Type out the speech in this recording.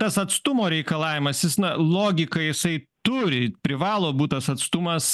tas atstumo reikalavimas jis na logikai jisai turi privalo būt tas atstumas